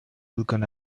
vulkan